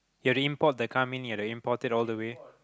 you have to import the car meaning you have to import it all the way